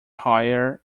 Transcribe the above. hire